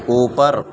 اوپر